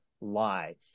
lie